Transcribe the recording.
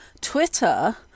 Twitter